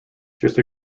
just